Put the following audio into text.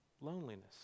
loneliness